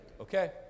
Okay